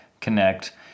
connect